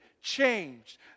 changed